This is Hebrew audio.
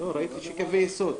ראיתי שקווי יסוד.